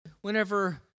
whenever